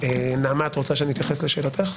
נעמה, את רוצה שאני אתייחס לשאלתך?